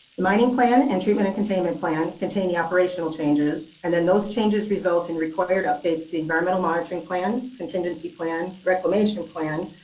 mining plan, and treatment and containment plan contain the operational changes, and then those changes result in required updates to environmental monitoring plan, contingency plan, reclamation plan,